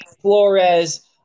Flores